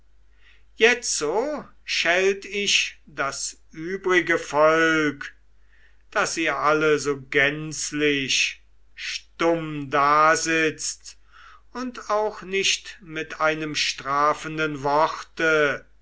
jetzo schelt ich das übrige volk daß ihr alle so gänzlich stumm dasitzt und auch nicht mit einem strafenden worte